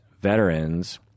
veterans